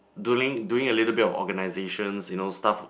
doing a little bit of organisations you know stuff